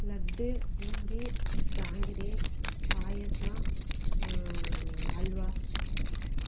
laddu boondi jangiri payasam halwa